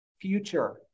future